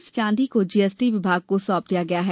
इस चाँदी को जीएसटी विमाग को सौंप दिया गया है